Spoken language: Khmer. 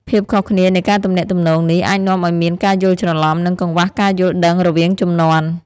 ភាពខុសគ្នានៃការទំនាក់ទំនងនេះអាចនាំឱ្យមានការយល់ច្រឡំ និងកង្វះការយល់ដឹងរវាងជំនាន់។